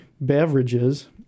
Beverages